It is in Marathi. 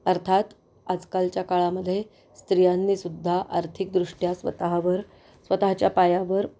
अर्थात आजकालच्या काळामध्ये स्त्रियांनीसुद्धा आर्थिकदृष्ट्या स्वतःवर स्वतःच्या पायावर